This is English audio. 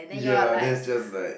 yeah that is just like